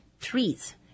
trees